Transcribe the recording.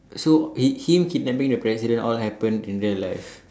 so it him kidnapping the president all happen in real life